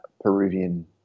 Peruvian